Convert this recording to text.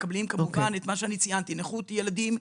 וכנ"ל נכות ילדים.